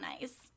nice